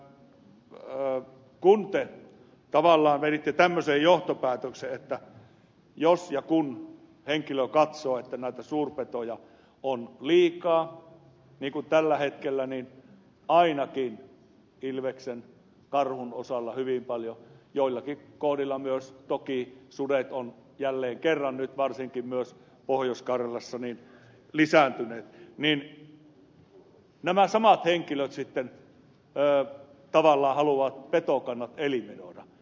tiusanen te tavallaan veditte tämmöisen johtopäätöksen että jos ja kun henkilö katsoo että näitä suurpetoja on liikaa niin kuin tällä hetkellä ainakin ilveksiä ja karhuja on hyvin paljon joillakin kohdilla myös toki sudet ovat jälleen kerran nyt varsinkin pohjois karjalassa lisääntyneet niin nämä samat henkilöt sitten tavallaan haluavat petokannat eliminoida